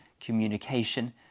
communication